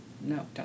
no